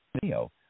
video